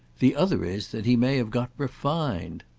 the other is that he may have got refined.